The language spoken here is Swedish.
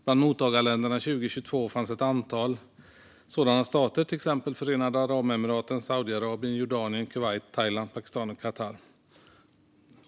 Bland mottagarländerna 2022 fanns ett antal sådana stater, till exempel Förenade Arabemiraten, Saudiarabien, Jordanien, Kuwait, Thailand, Pakistan och Qatar.